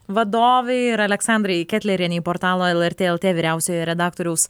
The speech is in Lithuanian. vadovei aleksandrai ketlerienei portalo lrt lt vyriausiojo redaktoriaus